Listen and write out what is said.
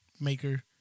maker